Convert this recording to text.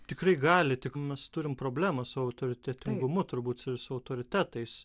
tikrai gali tik mes turim problemą su autoritetingumu turbūt su visais autoritetais